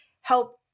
help